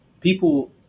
people